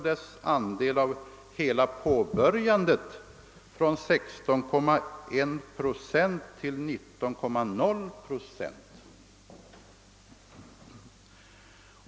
Dess andel av hela den påbörjade byggnationen steg under samma tid från 16,1 procent till 19,0 procent.